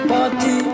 Party